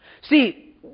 See